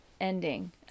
ending